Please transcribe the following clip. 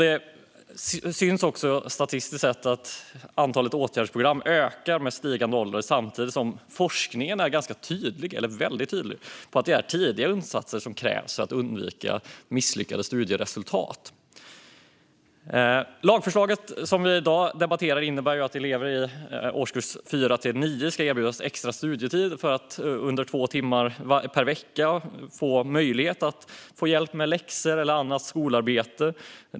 Det syns också statistiskt sett att antalet åtgärdsprogram ökar med stigande ålder, samtidigt som forskningen är tydlig med att det är tidiga insatser som krävs för att undvika misslyckade studieresultat. Det lagförslag som vi debatterar i dag innebär att elever i årskurs 4-9 ska erbjudas extra studietid så att de under två timmar per vecka får möjlighet att få hjälp med läxor eller annat skolarbete.